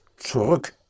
zurück